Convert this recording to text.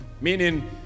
Meaning